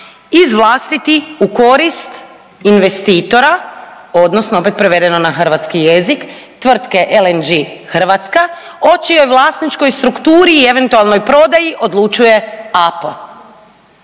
izvlastiti u korist investitora, odnosno opet prevedeno na hrvatski jezik, tvrtke LNG Hrvatska, o čijoj vlasničkoj strukturi i eventualnoj prodaji odlučuje AP.